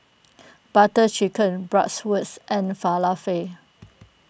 Butter Chicken Bratwurst and Falafel